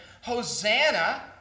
Hosanna